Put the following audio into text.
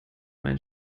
mein